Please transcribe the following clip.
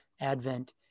Advent